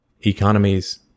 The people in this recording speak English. economies